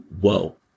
Whoa